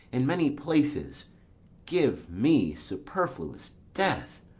in many places give, me superfluous death.